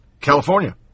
California